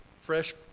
fresh